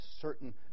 certain